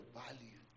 value